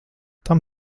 tam